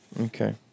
Okay